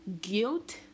guilt